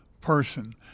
person